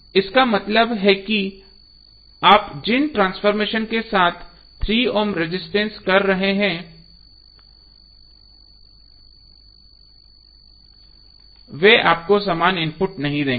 इसका मतलब है कि आप जिन ट्रांसफॉर्मेशन के साथ 3 ओम रजिस्टेंस कर रहे हैं वे आपको समान आउटपुट नहीं देंगे